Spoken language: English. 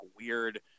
weird